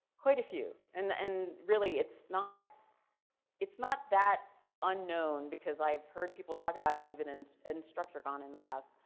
quite of you and and really it's not it's not that unknown, because i've heard people talk about it even and instructurecon in the past,